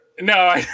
no